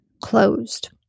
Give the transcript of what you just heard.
closed